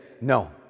no